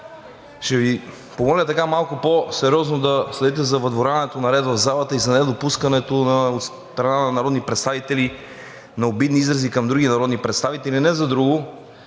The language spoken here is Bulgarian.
Ще Ви помоля така малко по-сериозно да следите за въдворяването на ред в залата и за недопускането от страна на народни представители на обидни изрази към други народни представители, не за друго,